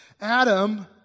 Adam